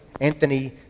Anthony